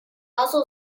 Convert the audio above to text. also